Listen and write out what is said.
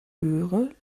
göre